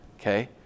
Okay